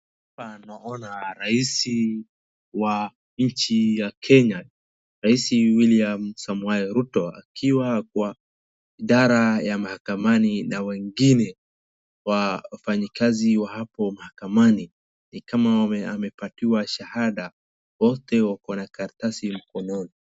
Hapa naoana rais wa nchi ya Kenya, rais William samoei Ruto akiwa kwa idara ya mahakamani na wengine wafanyikazi wa hapo mahakamani ni kama amepatiwa shahada. wote wako na karatasi mkononi.